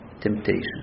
temptation